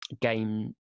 game